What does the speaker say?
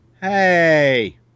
Hey